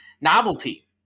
Novelty